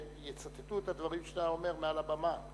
ויצטטו את הדברים שאתה אומר מעל לבמה,